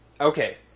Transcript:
Okay